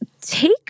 take